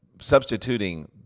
substituting